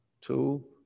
two